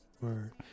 Word